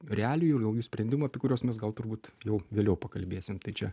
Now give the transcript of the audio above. realijų naujų sprendimų apie kuriuos mes gal turbūt jau vėliau pakalbėsim tai čia